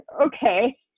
okay